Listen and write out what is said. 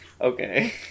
Okay